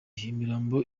imirambo